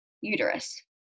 uterus